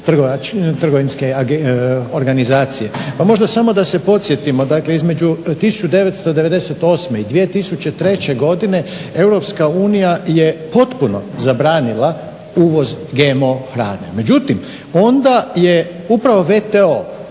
trgovinske organizacije. Pa možda samo da se podsjetimo, dakle između 1998. I 2003. godine EU je potpuno zabranila uvoz GMO hrane. Međutim, onda je upravo WTO